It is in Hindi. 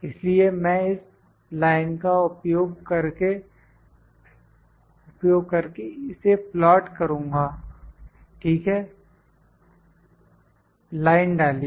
इसलिए मैं इस लाइन का उपयोग कर के इसे प्लाट करुंगा ठीक है लाइन डालिए